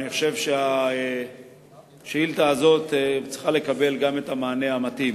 אני חושב שהשאילתא הזאת צריכה לקבל גם את המענה המתאים.